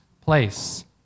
place